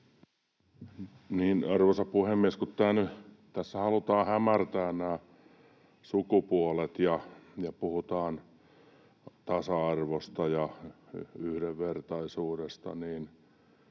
Arvoisa puhemies! Kun tässä halutaan hämärtää nämä sukupuolet ja puhutaan tasa-arvosta ja yhdenvertaisuudesta,